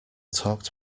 talked